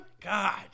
God